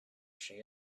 she